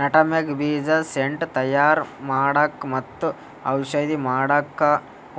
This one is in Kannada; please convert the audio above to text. ನಟಮೆಗ್ ಬೀಜ ಸೆಂಟ್ ತಯಾರ್ ಮಾಡಕ್ಕ್ ಮತ್ತ್ ಔಷಧಿ ಮಾಡಕ್ಕಾ